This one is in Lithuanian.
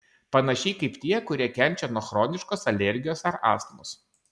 panašiai kaip tie kurie kenčia nuo chroniškos alergijos ar astmos